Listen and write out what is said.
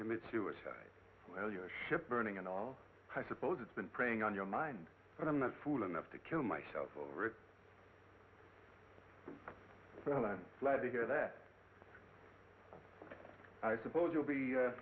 commit suicide well your ship burning and all i suppose it's been preying on your mind but i'm not fool enough to kill myself over it well i'm glad to hear that i suppose you'll be